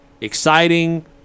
Exciting